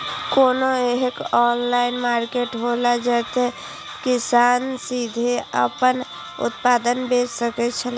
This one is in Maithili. कोनो एहन ऑनलाइन मार्केट हौला जते किसान सीधे आपन उत्पाद बेच सकेत छला?